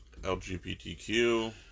LGBTQ